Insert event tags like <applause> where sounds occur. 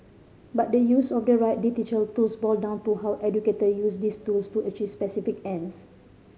but the use of the right <unintelligible> tools boil down to how educator use these tools to achieve specific ends